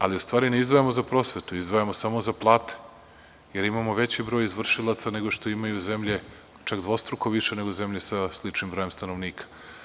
Ali, u stvari ne izdvajamo za prosvetu, izdvajamo samo za plate, jer imamo veći broj izvršilaca nego što imaju zemlje, čak dvostruko više nego zemlje sa sličnim brojem stanovnika.